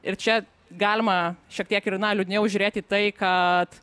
ir čia galima šiek tiek ir na liūdniau žiūrėti į tai kad